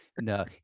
No